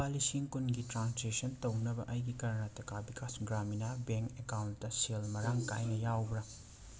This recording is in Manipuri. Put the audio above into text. ꯂꯨꯄꯥ ꯂꯤꯁꯤꯡ ꯀꯨꯟꯒꯤ ꯇ꯭ꯔꯥꯟꯖꯦꯛꯁꯟ ꯇꯧꯅꯕ ꯑꯩꯒꯤ ꯀꯔꯅꯇꯀꯥ ꯕꯤꯀꯥꯁ ꯒ꯭ꯔꯥꯃꯤꯟ ꯕꯦꯡꯛ ꯑꯦꯀꯥꯎꯟꯇ ꯁꯦꯜ ꯃꯔꯥꯡ ꯀꯥꯏꯅ ꯌꯥꯎꯕ꯭ꯔꯥ